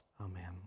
Amen